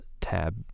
tab